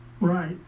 Right